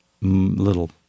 little